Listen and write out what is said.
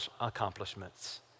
accomplishments